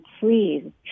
Please